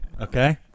Okay